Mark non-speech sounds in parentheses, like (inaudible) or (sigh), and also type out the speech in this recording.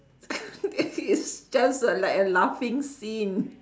(laughs) it's just like a laughing scene